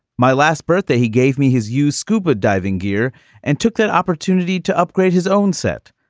my last birthday, he gave me his use scuba diving gear and took that opportunity to upgrade his own set.